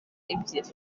ebyiri